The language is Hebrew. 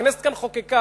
הכנסת כאן חוקקה,